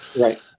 Right